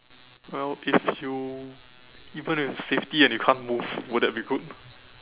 well if you even if it's safety and you can't move will that be good